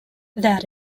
that